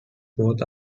both